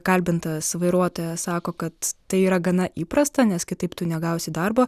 kalbintas vairuotojas sako kad tai yra gana įprasta nes kitaip tu negausi darbo